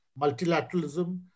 multilateralism